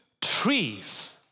trees